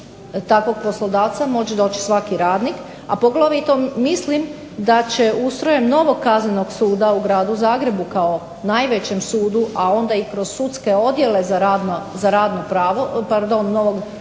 takvog poslodavca moći doći svaki radnik, a poglavito mislim da će ustrojem novog kaznenog suda u Gradu Zagrebu kao najvećem sudu, a onda i kroz sudske odjele za radno pravo, pardon novog radnog suda